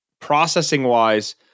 processing-wise